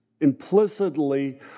implicitly